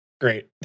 Great